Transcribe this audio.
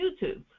YouTube